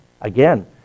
Again